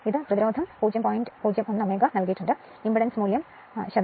ഇതിന് പ്രതിരോധം നൽകിയിട്ടുണ്ട് പ്രതിരോധം 0